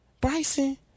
Bryson